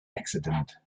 accident